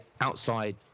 outside